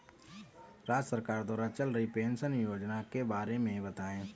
राज्य सरकार द्वारा चल रही पेंशन योजना के बारे में बताएँ?